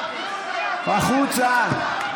החוצה.